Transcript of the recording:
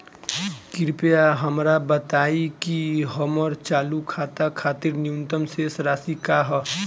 कृपया हमरा बताइं कि हमर चालू खाता खातिर न्यूनतम शेष राशि का ह